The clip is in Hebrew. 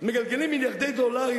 מגלגלים מיליארדי דולרים,